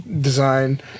design